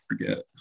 forget